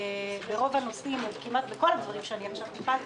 שברוב הנושאים כמעט בכל הדברים למשל טיפלתי